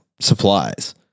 supplies